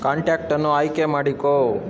ಕಾಂಟ್ಯಾಕ್ಟನ್ನು ಆಯ್ಕೆ ಮಾಡಿಕೋ